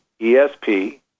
ESP